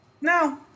No